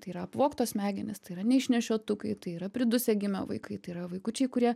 tai yra apvogtos smegenys tai yra neišnešiotukai tai yra pridusę gimę vaikai tai yra vaikučiai kurie